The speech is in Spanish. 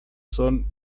son